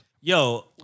Yo